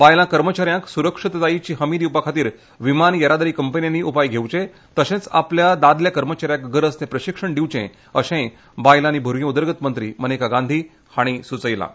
बायलां कर्मच्याऱ्यांक सुरक्षतायेची हमी दिवपा खातीर विमान येरादारी कंपन्यांनी उपाय घेवचे तशेंच आपल्या दादल्या कर्मच्याऱ्यांक गरज ते प्रशिक्षण दिवचें अशेंय बायलां आनी भुरगी उदरगत मंत्री मनेका गांधी हांणी सुचयलें